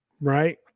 right